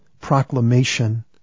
proclamation